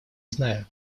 знаю